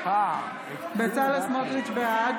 בצלאל סמוטריץ' בעד